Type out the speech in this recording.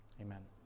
amen